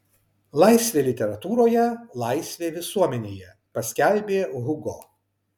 laisvė literatūroje laisvė visuomenėje paskelbė hugo